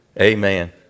Amen